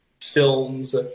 films